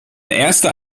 erster